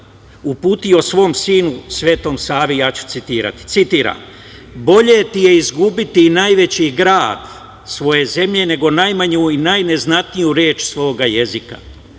uputio svom sinu Svetom Savi, ja ću citirati: „Bolje ti je izgubiti i najveći grad svoje zemlje nego najmanju i najneznatniju reč svoga jezika,